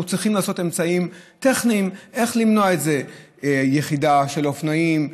אנחנו צריכים למצוא אמצעים טכניים איך למנוע את זה: יחידה של אופנועים,